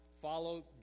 Follow